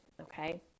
okay